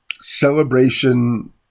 celebration